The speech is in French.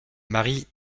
marie